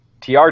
TR